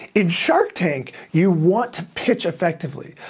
in shark tank you want to pitch effectively.